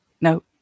No